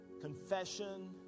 confession